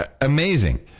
amazing